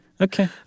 Okay